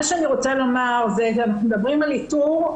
אם מדברים על איתור,